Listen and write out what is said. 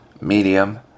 medium